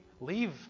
leave